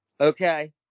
okay